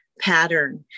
pattern